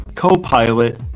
Copilot